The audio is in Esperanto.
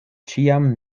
ĉiam